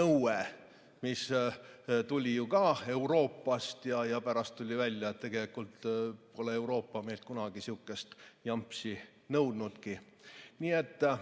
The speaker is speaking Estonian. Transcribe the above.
nõue, mis olevat tulnud ju ka Euroopast, aga pärast tuli välja, et tegelikult pole Euroopa meilt kunagi sihukest jampsi nõudnudki. Kuigi